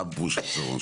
מה פירוש חיסרון?